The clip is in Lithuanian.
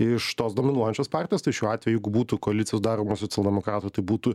iš tos dominuojančios partijos tai šiuo atveju jeigu būtų koalicija daroma socialdemokratų tai būtų